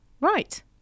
Right